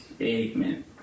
Amen